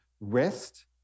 rest